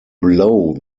blow